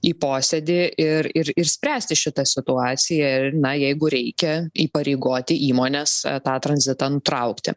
į posėdį ir ir ir spręsti šitą situaciją ir na jeigu reikia įpareigoti įmones tą tranzitą nutraukti